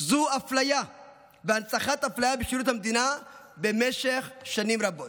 זו אפליה והנצחת האפליה בשירות המדינה במשך שנים רבות.